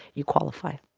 you qualify